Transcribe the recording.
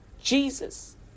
jesus